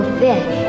fish